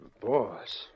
Boss